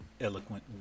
eloquent